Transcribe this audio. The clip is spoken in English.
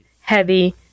heavy